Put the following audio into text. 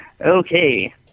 Okay